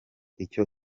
icyo